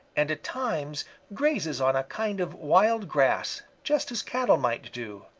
and at times grazes on a kind of wild grass, just as cattle might do.